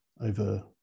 over